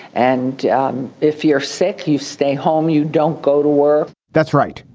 and if you're sick, you stay home. you don't go to work that's right.